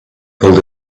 pulled